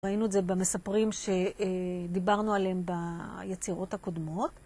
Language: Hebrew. ראינו את זה במספרים שדיברנו עליהם ביצירות הקודמות.